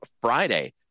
Friday